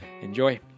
Enjoy